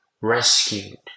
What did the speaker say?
rescued